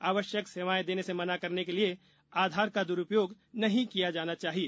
आवश्यक सेवाएं देने में मना करने के लिए आधार कार्ड का दुरूपयोग नहीं किया जाना चाहिए